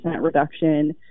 reduction